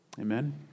Amen